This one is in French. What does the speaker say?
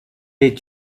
est